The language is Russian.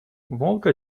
волга